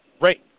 Right